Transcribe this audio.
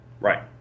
Right